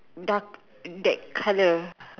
dark that color